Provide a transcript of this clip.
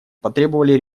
потребовали